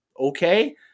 okay